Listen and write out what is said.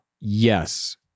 Yes